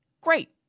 great